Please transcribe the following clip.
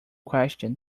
question